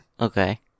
Okay